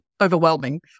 overwhelming